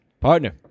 partner